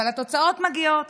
אבל התוצאות מגיעות.